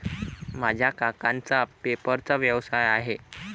माझ्या काकांचा पेपरचा व्यवसाय आहे